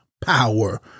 power